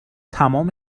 تمام